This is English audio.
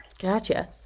gotcha